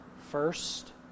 first